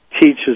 teaches